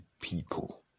people